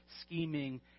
scheming